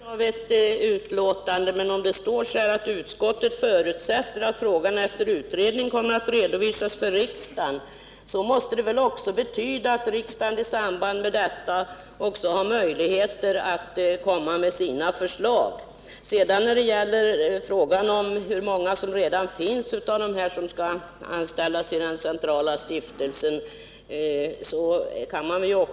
Herr talman! Man kan ha olika uppfattningar om hur utskottets betänkande 1977 skall tolkas. Men om det står att utskottet förutsätter att frågan efter utredning kommer att redovisas för riksdagen, måste det väl också betyda att riksdagen i samband med detta också skall ha möjlighet att komma med sina förslag. Arbetsmarknadsministern talar om hur många som redan finns anställda i den centrala stiftelsen.